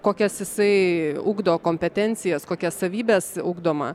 kokias jisai ugdo kompetencijas kokias savybes ugdoma